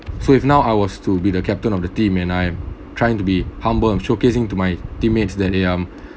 so if now I was to be the captain of the team and I'm trying to be humble and showcasing to my teammates that they um